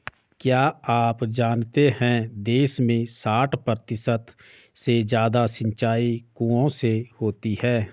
क्या आप जानते है देश में साठ प्रतिशत से ज़्यादा सिंचाई कुओं से होती है?